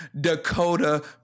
Dakota